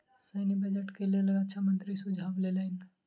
सैन्य बजट के लेल रक्षा मंत्री सुझाव लेलैन